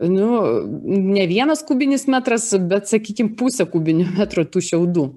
nu ne vienas kubinis metras bet sakykim pusė kubinio metro tų šiaudų